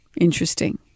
Interesting